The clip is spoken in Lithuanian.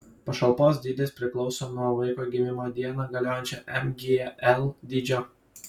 pašalpos dydis priklauso nuo vaiko gimimo dieną galiojančio mgl dydžio